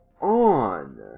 on